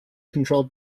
controlled